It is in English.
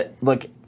Look